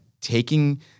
taking